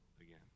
again